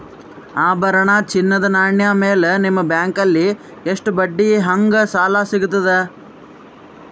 ಆಭರಣ, ಚಿನ್ನದ ನಾಣ್ಯ ಮೇಲ್ ನಿಮ್ಮ ಬ್ಯಾಂಕಲ್ಲಿ ಎಷ್ಟ ಬಡ್ಡಿ ಹಂಗ ಸಾಲ ಸಿಗತದ?